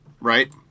right